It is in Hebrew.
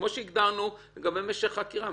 כמו שהגדרנו לגבי משך חקירה.